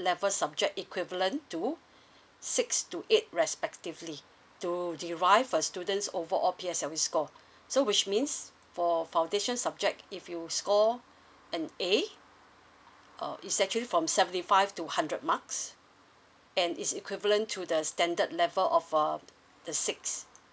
level subject equivalent to six to eight respectively to derive a student's overall P_S_L_E score so which means for foundation subject if you score an A uh is actually from seventy five to hundred marks and is equivalent to the standard level of uh the six